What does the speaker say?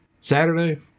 Saturday